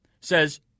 says